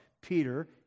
Peter